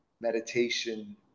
meditation